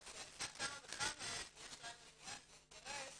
כך שעל אחת כמה וכמה יש לנו עניין ואינטרס